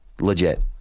legit